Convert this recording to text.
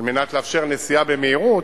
על מנת לאפשר נסיעה במהירות,